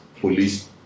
police